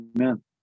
Amen